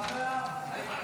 ההצעה להעביר את